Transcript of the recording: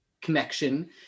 connection